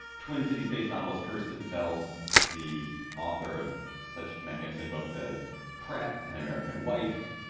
twin cities based novelist kirsten feld the author of such magnificent books as prep an american wife.